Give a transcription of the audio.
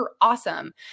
awesome